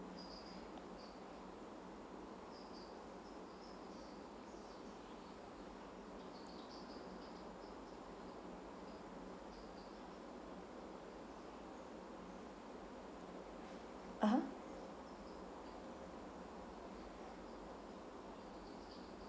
(uh huh)